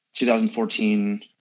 2014